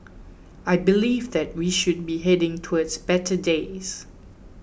I believe that we should be heading towards better days